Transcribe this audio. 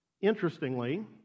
Interestingly